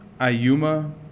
ayuma